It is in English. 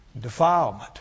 Defilement